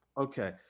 okay